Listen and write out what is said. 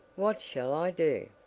what shall i do?